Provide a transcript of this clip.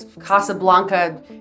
Casablanca